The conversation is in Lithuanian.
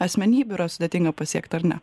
asmenybių yra sudėtinga pasiekt ar ne